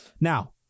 Now